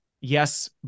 yes